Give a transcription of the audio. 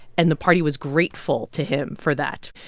and the party was grateful to him for that.